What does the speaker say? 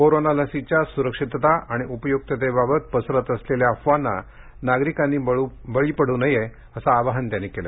corona लसीच्या सुरक्षितता आणि उपयुक्ततेबाबत पसरत असलेल्या अफवांना नागरिकांनी बळी पडू नये असं आवाहन त्यांनी केलं